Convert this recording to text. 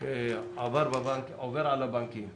שעובר על הבנקים.